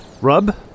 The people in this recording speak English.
Rub